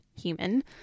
human